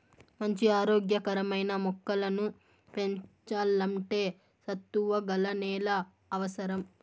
మంచి ఆరోగ్య కరమైన మొక్కలను పెంచల్లంటే సత్తువ గల నేల అవసరం